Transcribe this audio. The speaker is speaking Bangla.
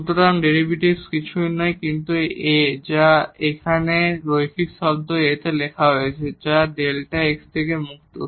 সুতরাং ডেরিভেটিভ কিছুই নয় কিন্তু এই A যা এখানে রৈখিক শব্দ A তে লেখা হয়েছে যা Δ x থেকে মুক্ত